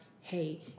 Hey